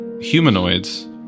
humanoids